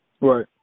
Right